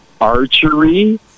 archery